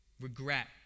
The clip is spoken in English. regret